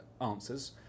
answers